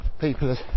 people